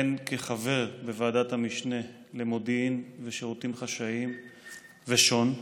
הן כחבר בוועדת המשנה למודיעין ושירותים חשאיים ושו"ן,